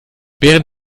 während